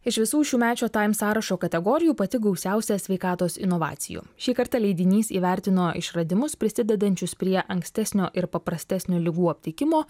iš visų šiųmečių taim sąrašo kategorijų pati gausiausia sveikatos inovacijų šį kartą leidinys įvertino išradimus prisidedančius prie ankstesnio ir paprastesnio ligų aptikimo